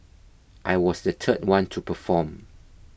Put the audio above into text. I was the third one to perform